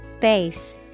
Base